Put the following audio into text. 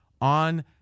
on